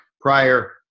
prior